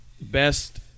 best